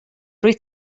rwyt